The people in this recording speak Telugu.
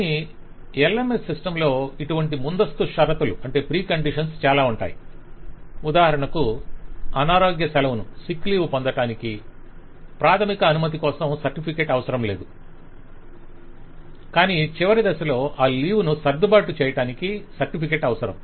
కానీ LMS సిస్టమ్ లో ఇటువంటి ముందస్తు షరతులు చాలా ఉంటాయి - ఉదాహరణకు అనారోగ్య సెలవును పొందటానికి ప్రాథమిక అనుమతి కోసం సర్టిఫికేట్ అవసరం లేదు కానీ చివరి దశలో ఆ లీవ్ ను సర్ధుబాటు చేయటానికి సర్టిఫికేట్ అవసరం